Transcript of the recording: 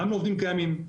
גם לעובדים קיימים,